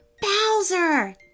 Bowser